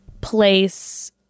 place